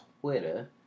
Twitter